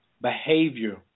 behavior